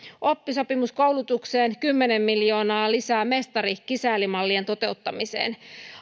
oppisopimuskoulutukseen kymmenen miljoonaa lisää mestari kisälli mallien toteuttamiseen